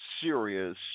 serious